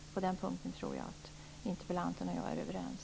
På den punkten tror jag att interpellanten och jag är överens.